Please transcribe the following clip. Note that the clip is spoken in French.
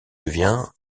devient